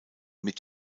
mit